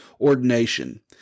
ordination